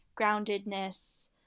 groundedness